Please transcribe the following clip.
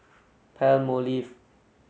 Palmolive